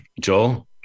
joel